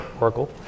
Oracle